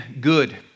Good